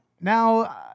Now